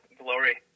glory